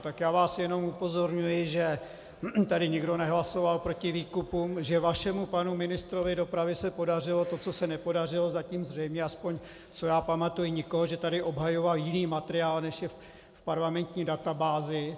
Tak já vás jenom upozorňuji, že tady nikdo nehlasoval proti výkupům, že vašemu panu ministrovi dopravy se podařilo to, co se nepodařilo zatím zřejmě, aspoň co já pamatuji, nikomu, že tady obhajoval jiný materiál, než je v parlamentní databázi.